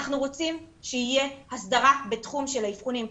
אנחנו רוצים שתהיה הסדרה בתחום האבחונים.